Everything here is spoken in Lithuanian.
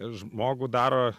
žmogų daro